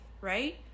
right